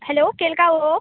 hello കേൾക്കാവോ